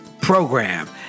program